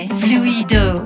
fluido